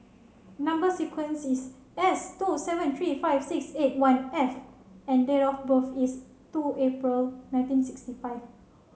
number sequence is S two seven three five six eight one F and date of birth is two April nineteen sixty five